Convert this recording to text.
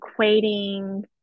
equating